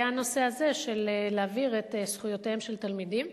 היה הנושא הזה של להבהיר את זכויותיהם של תלמידים,